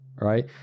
right